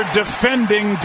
defending